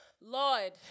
Lord